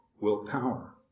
willpower